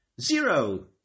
zero